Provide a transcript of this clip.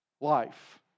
life